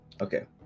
okay